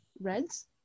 Reds